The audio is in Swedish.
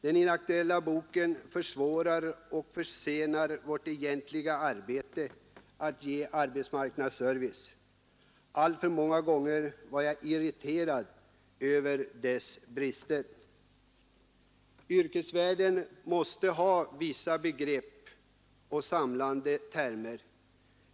Den inaktuella boken försvårar och försenar vårt egentliga arbete att ge arbetsmarknadsservice. Alltför många gånger var jag irriterad över dess brister. Yrkesvärlden måste ha vissa begrepp och samlade termer.